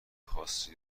خاصی